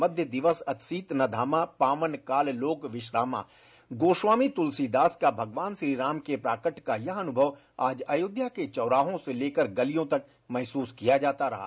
मध्य दिवस अति सीत न घामा पावन काल लोक बिश्रामाश गोस्वामी तुलसीदास का भगवान श्रीराम के प्राकट्य का यह अनुभव आज अयोध्या के चौराहों से लेकर गलियों तक महसूस किया जाता रहा